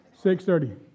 6.30